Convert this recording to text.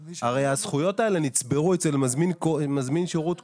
הרי, הזכויות האלה נצברו אצל מזמין שירות קודם.